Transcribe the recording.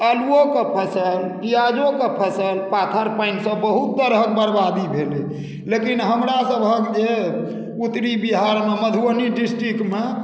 आलूओके फसल प्याजोके फसल पाथर पानिसँ बहुत तरहक बर्बादी भेलै लेकिन हमरासभक जे उत्तरी बिहारमे मधुबनी डिस्ट्रिक्टमे